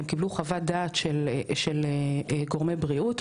הם קיבלו חוות דעת של גורמי בריאות,